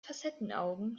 facettenaugen